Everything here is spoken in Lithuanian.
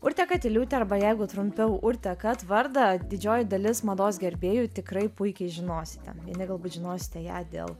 urtė katiliūtė arba jeigu trumpiau urtė kat vardą didžioji dalis mados gerbėjų tikrai puikiai žinosite vieni galbūt žinosite ją dėl